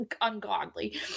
ungodly